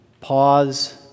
pause